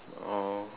oh